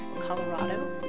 Colorado